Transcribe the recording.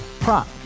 Prop